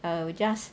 I'll just